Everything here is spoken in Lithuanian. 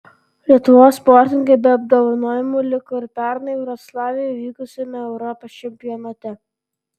lietuvos sportininkai be apdovanojimų liko ir pernai vroclave įvykusiame europos čempionate